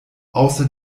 außer